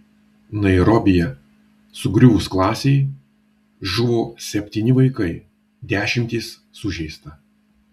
nairobyje sugriuvus klasei žuvo septyni vaikai dešimtys sužeista